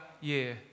year